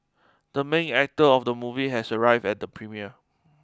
the main actor of the movie has arrived at the premiere